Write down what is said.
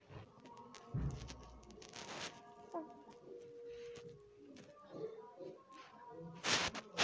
वानिकी व्याबसाय मे बहुत प्रकार रो समान बनाय करि के वानिकी व्याबसाय करलो गेलो छै